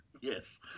Yes